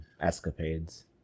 escapades